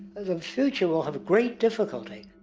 the future will have great difficulty,